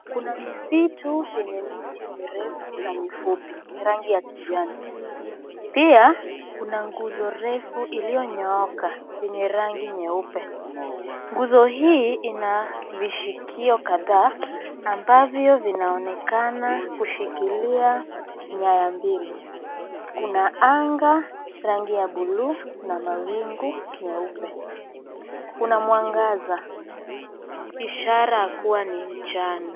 Kuna misitu yenye miti mirefu na mifupi, rangi ya kijani. Pia, kuna nguzo refu iliyonyooka yenye rangi nyeupe. Nguzo hii ina vishikio kadhaa ambavyo vinaonekana kushikilia nyaya mbili. Kuna anga rangi ya bluu na mawingu nyeupe. Kuna mwangaza ishara ya kuwa ni mchana.